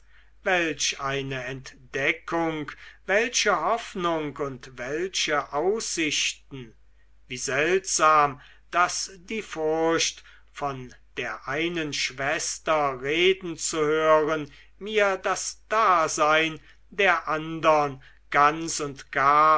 welch eine entdeckung welche hoffnung und welche aussichten wie seltsam daß die furcht von der einen schwester reden zu hören mir das dasein der andern ganz und gar